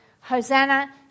Hosanna